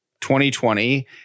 2020